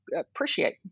appreciate